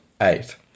Eight